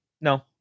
No